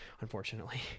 unfortunately